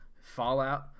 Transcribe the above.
Fallout